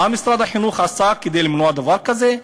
מה משרד החינוך עשה כדי למנוע דבר כזה?